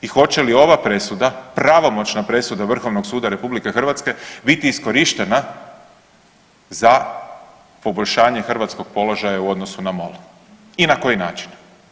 I hoće li ova presuda, pravomoćna presuda Vrhovnog suda RH biti iskorištena za poboljšanje hrvatskog položaja u odnosu na MOL i na koji način?